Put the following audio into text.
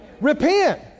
repent